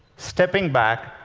stepping back,